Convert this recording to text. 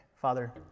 Father